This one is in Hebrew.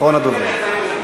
אחרון הדוברים.